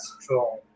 strong